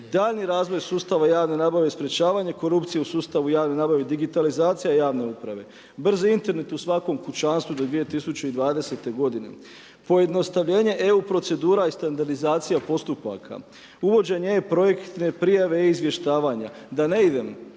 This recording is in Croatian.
daljnji razvoj sustava javne nabave i sprečavanje korupcije u sustavu javne nabave, digitalizacija javne uprave. Brzi Internet u svakom kućanstvu do 2020. godine. Pojednostavljenje EU procedura i standardizacija postupaka, uvođenje e-projektne prijave i izvještavanje. Da ne idem